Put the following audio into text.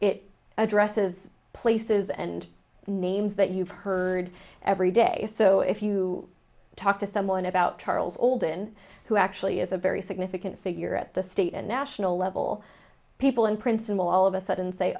it addresses places and names that you've heard every day so if you talk to someone about charles bolden who actually is a very significant figure at the state and national level people in principle all of a sudden say